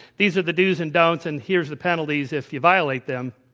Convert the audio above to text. these are the dos and don'ts, and here's the penalties if you violate them.